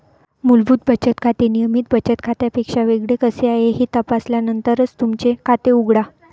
मूलभूत बचत खाते नियमित बचत खात्यापेक्षा वेगळे कसे आहे हे तपासल्यानंतरच तुमचे खाते उघडा